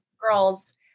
girls